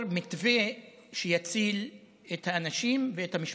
מתווה שיציל את האנשים ואת המשפחות.